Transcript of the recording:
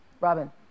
Robin